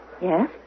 Yes